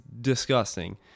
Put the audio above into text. disgusting